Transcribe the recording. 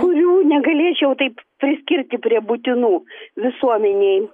kurių negalėčiau taip priskirti prie būtinų visuomenei